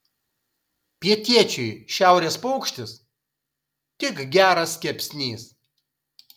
pietiečiui šiaurės paukštis tik geras kepsnys